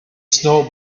snow